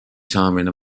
saamine